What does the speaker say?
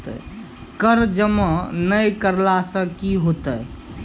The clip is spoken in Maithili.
कर जमा नै करला से कि होतै?